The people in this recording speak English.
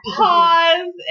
pause